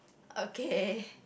okay